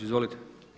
Izvolite.